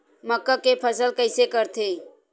मक्का के फसल कइसे करथे?